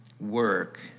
work